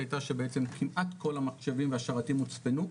הייתה שבעצם כמעט כל המחשבים והשרתים הוצפנו,